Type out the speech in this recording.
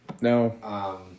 No